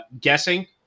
guessing